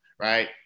right